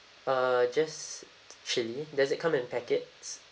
uh just chilli does it come in packets